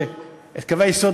את קווי היסוד,